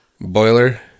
boiler